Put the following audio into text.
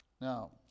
Now